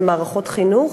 ממערכות חינוך,